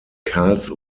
karls